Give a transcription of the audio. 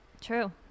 True